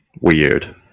weird